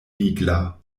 vigla